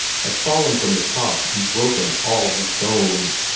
had fallen from the top and broken all his bones.